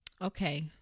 Okay